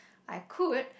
I could